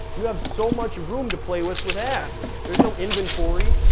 you have so much room to play with with ads. there's no inventory,